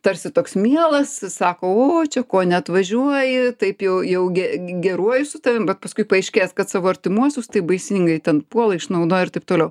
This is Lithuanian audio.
tarsi toks mielas sako o čia ko neatvažiuoji taip jau jau ge geruoju su tavim bet paskui paaiškės kad savo artimuosius taip baisingai ten puola išnaudoja ir taip toliau